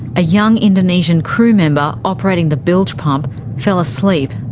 a young indonesian crewmember operating the bilge pump fell asleep.